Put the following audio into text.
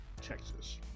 Texas